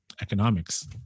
economics